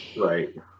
Right